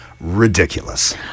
ridiculous